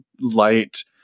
light